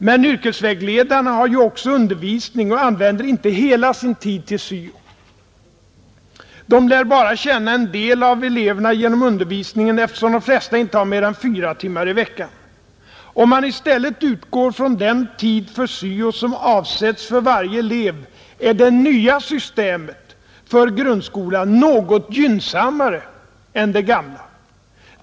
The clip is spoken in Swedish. Men yrkesvägledarna har ju också undervisning och använder inte hela sin tid till syo. De lär bara känna en del av eleverna genom undervisningen, eftersom de flesta inte har mer än fyra timmar i veckan. Om man i stället utgår från den tid för syo som avsätts för varje elev, är det nya systemet för grundskolan något gynnsammare än det gamla.